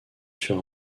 sur